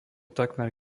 takmer